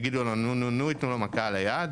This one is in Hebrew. יגידו לו נו-נו-נו, יתנו לו מכה על היד?